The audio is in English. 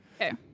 Okay